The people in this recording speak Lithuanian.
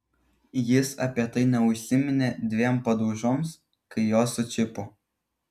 jis apie tai neužsiminė dviem padaužoms kai juos sučiupo